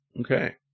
Okay